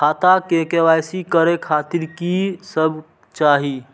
खाता के के.वाई.सी करे खातिर की सब चाही?